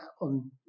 on